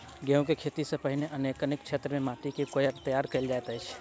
गेंहूँ केँ खेती सँ पहिने अपनेक केँ क्षेत्र मे माटि केँ कोना तैयार काल जाइत अछि?